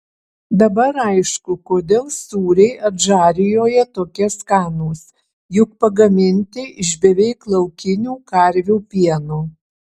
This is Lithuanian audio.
dabar aišku kodėl sūriai adžarijoje tokie skanūs juk pagaminti iš beveik laukinių karvių pieno